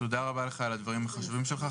תודה רבה לך על הדברים החשובים שלך.